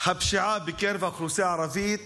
הפשיעה בקרב האוכלוסייה הערבית